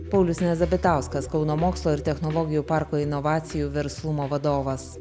paulius nezabitauskas kauno mokslo ir technologijų parko inovacijų verslumo vadovas